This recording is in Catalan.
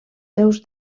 seus